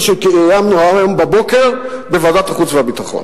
שקיימנו היום בבוקר בוועדת החוץ והביטחון.